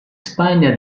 spagna